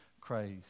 Christ